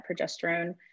progesterone